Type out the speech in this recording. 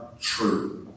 true